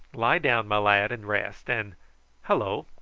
lie down, my lad, and rest, and hallo!